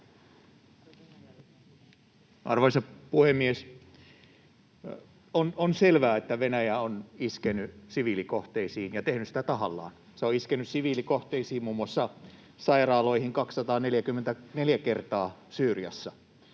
Arvoisa puhemies! On selvää, että Venäjä on iskenyt siviilikohteisiin ja tehnyt sitä tahallaan. Se on iskenyt siviilikohteisiin, muun muassa sairaaloihin 244 kertaa Syyriassa.